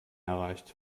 erreicht